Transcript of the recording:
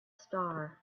star